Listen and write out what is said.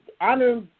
honor